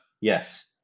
Yes